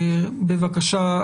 בבקשה.